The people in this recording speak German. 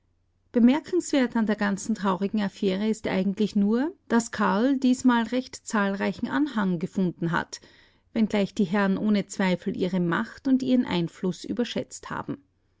bemerkenswert an der ganzen traurigen affäre ist eigentlich nur daß karl diesmal recht zahlreichen anhang gefunden hat wenngleich die herren ohne zweifel ihre macht und ihren einfluß überschätzt haben